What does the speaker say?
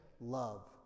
love